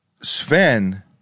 Sven